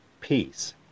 peace